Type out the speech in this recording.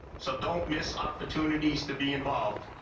so don't miss opportunities to be involved.